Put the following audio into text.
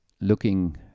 looking